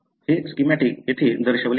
हे स्कीमॅटीक येथे दर्शविले आहे